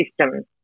system